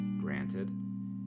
Granted